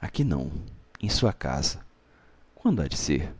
aqui não em sua casa quando há de ser